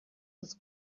this